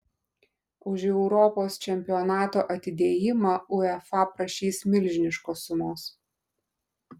už europos čempionato atidėjimą uefa prašys milžiniškos sumos